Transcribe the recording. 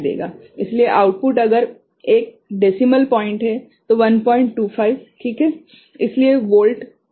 इसलिए आउटपुट अगर एक दशमलव अंक है तो 125 ठीक है इसलिए वोल्ट जो यह दिखाएगा